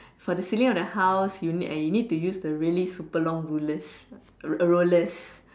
for the ceiling of the house you need uh you need to use the super long rulers uh rollers